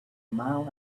mile